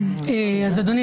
אז אדוני,